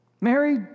Mary